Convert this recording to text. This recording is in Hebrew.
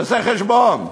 תעשה חשבון.